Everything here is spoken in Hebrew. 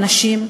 הנשים,